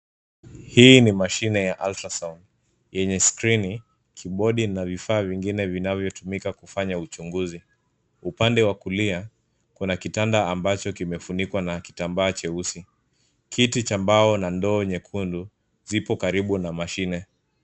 Hii ni mashine ya Ultra-sound yenye skrini, kibodi na vifaa vingine vinavyotumika kufanya uchunguzi. Upande wa kulia, kuna kitanda mabacho kimefunikwa na kitambaa cheusi. Kiti cha mbao na ndoo nyekundu zipo karibu na mashine.